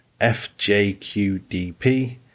FJQDP